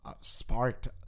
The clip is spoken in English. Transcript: sparked